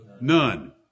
None